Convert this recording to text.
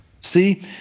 See